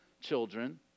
children